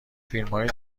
فیلمای